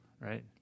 right